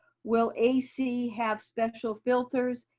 will ac have special filters?